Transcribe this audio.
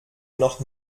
noch